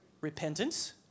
Repentance